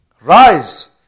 rise